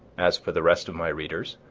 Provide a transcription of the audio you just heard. as for the rest of my readers,